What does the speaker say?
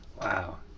Wow